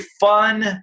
fun